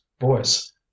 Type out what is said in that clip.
voice